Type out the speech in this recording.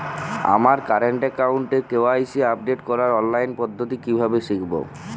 আমার কারেন্ট অ্যাকাউন্টের KYC update করার অনলাইন পদ্ধতি কীভাবে শিখব?